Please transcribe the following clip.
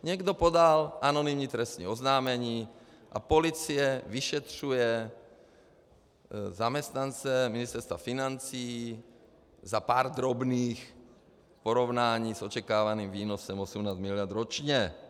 Někdo podal anonymní trestní oznámení a policie vyšetřuje zaměstnance Ministerstva financí za pár drobných v porovnání s očekávaným výnosem 18 mld. ročně.